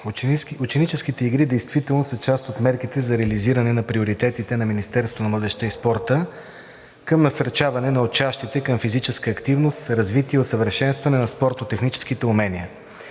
ученическите игри действително са част от мерките за реализиране на приоритетите на Министерството на младежта и спорта към насърчаване на учащите към физическа активност, развитие и усъвършенстване на спортно-техническите умения,